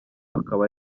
akaba